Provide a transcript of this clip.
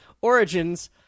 origins